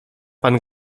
pan